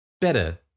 better